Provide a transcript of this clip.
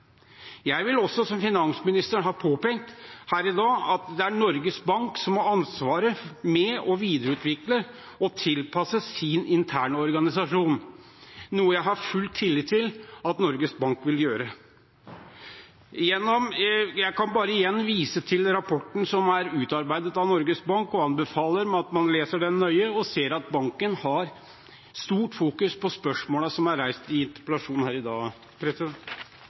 Jeg vil påpeke, som også finansministeren har gjort her i dag, at det er Norges Bank som har ansvaret for å videreutvikle og tilpasse sin interne organisasjon, noe jeg har full tillit til at Norges Bank vil gjøre. Jeg kan bare igjen vise til rapporten som er utarbeidet av Norges Bank, og anbefaler at man leser den nøye – og ser at banken har stort fokus på spørsmålene som er reist i interpellasjonen her i dag.